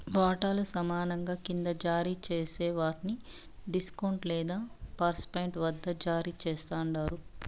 వాటాలు సమానంగా కింద జారీ జేస్తే వాట్ని డిస్కౌంట్ లేదా పార్ట్పెయిడ్ వద్ద జారీ చేస్తండారు